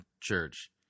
church